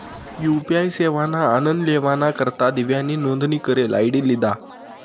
UPI सेवाना आनन लेवाना करता दिव्यानी नोंदनी करेल आय.डी लिधा